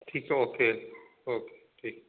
ठीक है okay okay ठीक